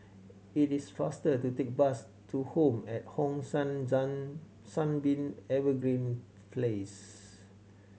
it is faster to take the bus to Home at Hong San Sunbeam Evergreen Place